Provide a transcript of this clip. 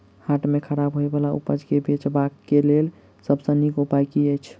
हाट मे खराब होय बला उपज केँ बेचबाक क लेल सबसँ नीक उपाय की अछि?